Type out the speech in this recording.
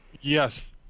Yes